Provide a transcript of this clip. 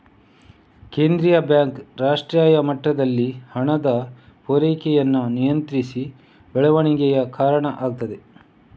ಕೇಂದ್ರೀಯ ಬ್ಯಾಂಕ್ ರಾಷ್ಟ್ರೀಯ ಮಟ್ಟದಲ್ಲಿ ಹಣದ ಪೂರೈಕೆಯನ್ನ ನಿಯಂತ್ರಿಸಿ ಬೆಳವಣಿಗೆಗೆ ಕಾರಣ ಆಗ್ತದೆ